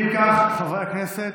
אם כך, חברי הכנסת,